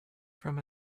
from